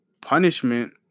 punishment